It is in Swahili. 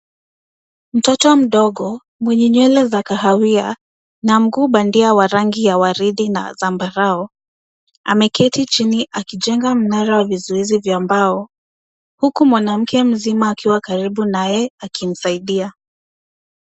Mtoto mdogo mwenye nywele za kahawia na mguu bandia wa rangi ya waridi na zambarau, ameketi chini akijenga mnara wa vizuizi vya mbao, huku mwanamke mzima akiwa karibu naye akimsaidia.